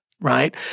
right